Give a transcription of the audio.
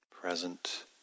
present